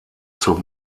zur